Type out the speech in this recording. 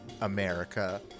America